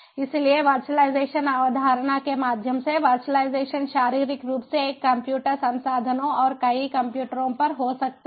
इसलिए वर्चुअलाइजेशन अवधारणा के माध्यम से वर्चुअलाइजेशन शारीरिक रूप से एक कंप्यूटर संसाधनों और कई कंप्यूटरों पर हो सकता है